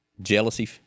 jealousy